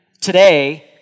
today